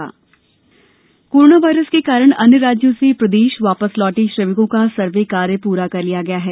श्रमिक survey coronavirus के कारण अन्य राज्यों से प्रदेश वापस लौटे श्रमिकों का सर्वे कार्य पूरा कर लिया गया है